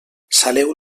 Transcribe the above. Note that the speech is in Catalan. saleu